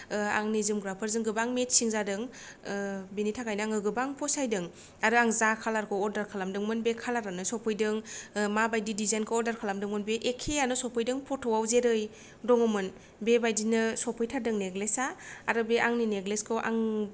आंनि जोमग्राफोरजों गोबां मेत्सिं जादों बिनि थाखायनो आङो गोबां फसायदों आरो आं जा खालारखौ अर्दार खालामदोंमोन बे खालारानो सफैदों ओ माबायदि दिजाइनखौ अर्दार खालामदोंमोन बे एखेआनो सफैदों फत'आव जेरै दङमोन बेबायदिनो सफैथारदों नेक्लेसा आरो बे आंनि नेकलेसखौ आं